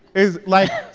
is, like.